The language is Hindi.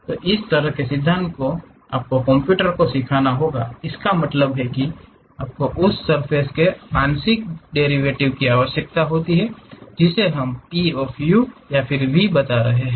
तो इस तरह के सिद्धांत को आपको कंप्यूटर को सिखाना होगा इसका मतलब है आपको उस सर्फ़ेस के आंशिक डेरिवेटिव की आवश्यकता होती है जिसे हम P of u v बता रहे हैं